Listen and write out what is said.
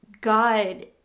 God